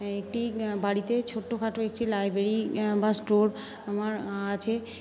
একটি বাড়িতে ছোট্টখাটো একটি লাইব্রেরি বা স্টোর আমার আছে